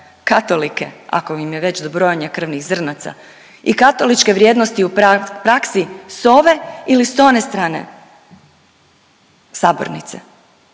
katolike ako im je već do brojanja krvnih zrnaca i katoličke vrijednosti u praksi s ove ili s one strane sabornice,